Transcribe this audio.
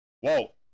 Whoa